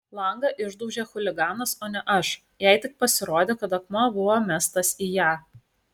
langą išdaužė chuliganas o ne aš jai tik pasirodė kad akmuo buvo mestas į ją